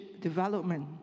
development